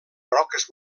roques